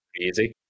Easy